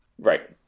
Right